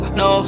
no